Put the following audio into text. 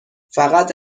فقط